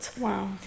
Wow